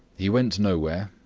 he went nowhere,